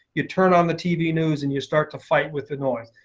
you turn on the tv news and you start to fight with the noise.